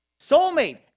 Soulmate